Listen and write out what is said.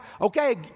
okay